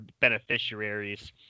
beneficiaries